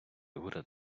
уряд